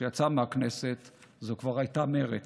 כשיצא מהכנסת זו כבר הייתה מרצ.